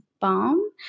Balm